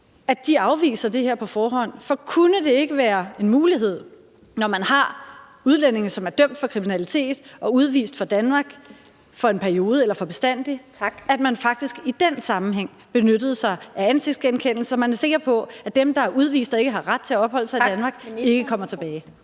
afviser det her på forhånd. For kunne det ikke være en mulighed, når man har udlændinge, som er dømt for kriminalitet og udvist af Danmark for en periode eller for bestandig (Den fg. formand (Annette Lind): Tak!), at man faktisk i den sammenhæng benyttede sig af ansigtsgenkendelse, så man er sikker på, at dem, der er udvist og ikke har ret til at opholde sig i Danmark (Den fg.